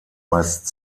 meist